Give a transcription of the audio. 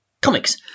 comics